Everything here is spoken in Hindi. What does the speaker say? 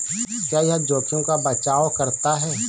क्या यह जोखिम का बचाओ करता है?